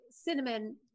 cinnamon